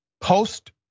post